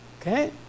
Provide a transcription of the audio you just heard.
Okay